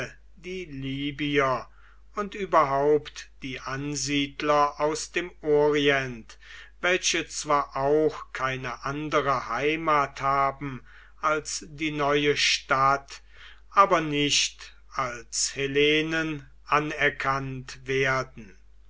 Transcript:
die libyer und überhaupt die ansiedler aus dem orient welche zwar auch keine andere heimat haben als die neue stadt aber nicht als hellenen anerkannt werden